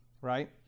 right